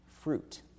fruit